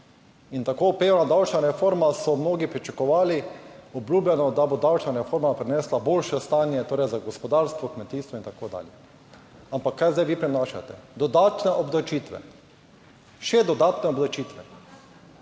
in tako opevana davčna reforma so mnogi pričakovali obljubljeno, da bo davčna reforma prinesla boljše stanje, torej za gospodarstvo, kmetijstvo in tako dalje. Ampak kaj zdaj vi prinašate? Dodatne obdavčitve, še dodatne obdavčitve...